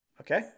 Okay